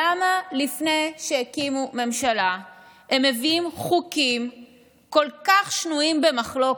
למה לפני שהקימו ממשלה הם מביאים חוקים כל כך שנויים במחלוקת?